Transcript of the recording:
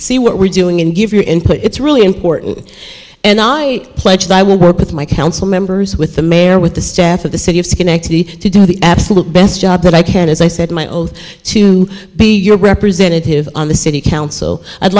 see what we're doing and give your input it's really important and i pledged i will work with my council members with the mayor with the staff of the city of schenectady to do the absolute best job that i can as i said my old to be your representative on the city council i'd